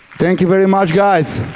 thank you very much, guys.